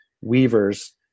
weavers